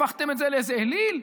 הפכתם את זה לאיזה אליל.